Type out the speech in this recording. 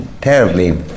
terribly